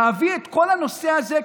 להביא את כל הנושא הזה,